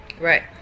Right